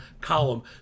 column